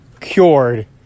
cured